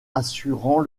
assurant